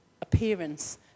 appearance